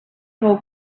fou